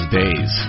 days